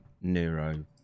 neuro